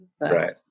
Right